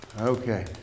Okay